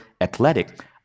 athletic